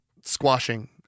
squashing